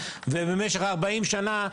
ובמשך כ-40 שנים,